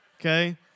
okay